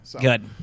Good